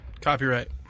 Copyright